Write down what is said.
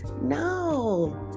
No